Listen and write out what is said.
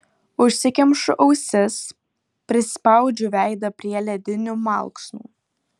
užsikemšu ausis prispaudžiu veidą prie ledinių malksnų